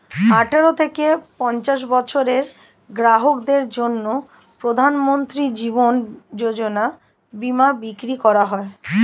আঠারো থেকে পঞ্চাশ বছরের গ্রাহকদের জন্য প্রধানমন্ত্রী জীবন যোজনা বীমা বিক্রি করা হয়